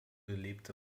lebte